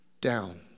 down